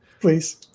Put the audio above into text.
please